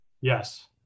Yes